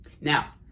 Now